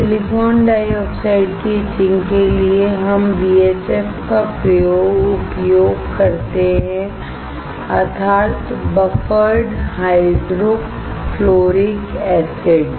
silicon dioxide की etching के लिए हम BHF का उपयोग करते हैं अर्थात् बफ़रड हाइड्रोफ्लोरिक एसिड